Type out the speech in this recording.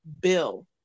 bill